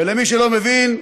ולמי שלא מבין: